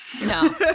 no